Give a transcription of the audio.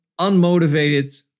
unmotivated